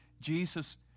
Jesus